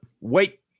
Wait